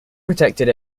protected